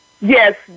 Yes